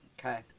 Okay